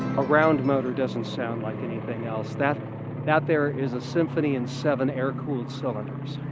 a round motor doesn't sound like anything else. that that there is a symphony in seven air cooled cylinders.